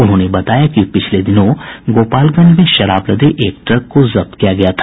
उन्होंने बताया कि पिछले दिनों गोपालगंज में शराब लदे एक ट्रक को जब्त किया गया था